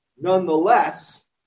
nonetheless